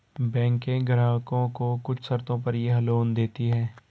बैकें ग्राहकों को कुछ शर्तों पर यह लोन देतीं हैं